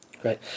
Great